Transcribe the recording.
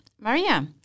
Maria